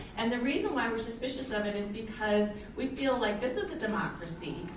and the reason why we're suspicious of it is because we feel like this is a democracy,